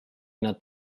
nad